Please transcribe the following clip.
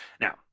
Now